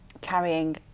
carrying